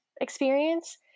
experience